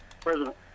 President